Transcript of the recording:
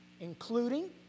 including